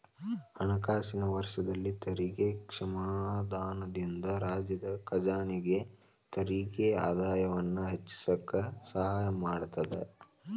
ಹಣಕಾಸಿನ ವರ್ಷದಲ್ಲಿ ತೆರಿಗೆ ಕ್ಷಮಾದಾನದಿಂದ ರಾಜ್ಯದ ಖಜಾನೆಗೆ ತೆರಿಗೆ ಆದಾಯವನ್ನ ಹೆಚ್ಚಿಸಕ ಸಹಾಯ ಮಾಡತದ